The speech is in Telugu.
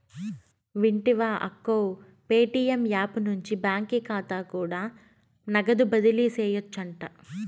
వింటివా అక్కో, ప్యేటియం యాపు నుండి బాకీ కాతా కూడా నగదు బదిలీ సేయొచ్చంట